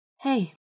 Hey